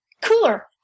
cooler